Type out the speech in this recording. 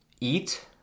eat